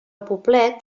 poblet